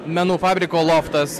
menų fabriko loftas